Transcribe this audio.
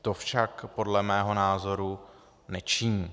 To však podle mého názoru nečiní.